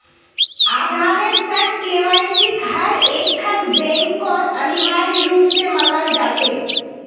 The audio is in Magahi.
आधारेर संग केवाईसिक हर एकखन बैंकत अनिवार्य रूप स मांगाल जा छेक